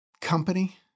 company